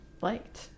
liked